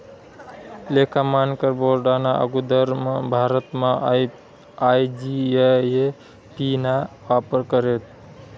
लेखा मानकर बोर्डना आगुदर भारतमा आय.जी.ए.ए.पी ना वापर करेत